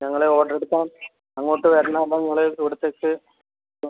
ഞങ്ങൾ ഓർഡ്ർ എടുക്കാൻ അങ്ങോട്ട് വരണോ അതോ നിങ്ങൾ ഇവിടുത്തേക്ക്